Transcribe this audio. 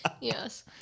Yes